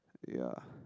yeah